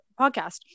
podcast